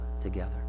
together